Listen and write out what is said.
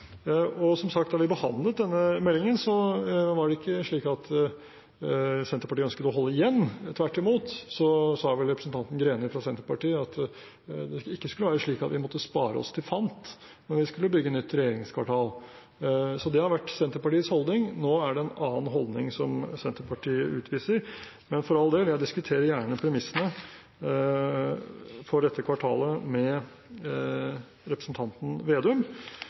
Som sagt: Da vi behandlet denne meldingen, var det ikke slik at Senterpartiet ønsket å holde igjen, tvert imot sa vel representanten Greni fra Senterpartiet at det ikke skulle være slik at vi måtte spare oss til fant når vi skulle bygge nytt regjeringskvartal. Det har vært Senterpartiets holdning. Nå er det en annen holdning Senterpartiet utviser. Men for all del, jeg diskuterer gjerne premissene for dette kvartalet med representanten Slagsvold Vedum